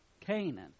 Canaan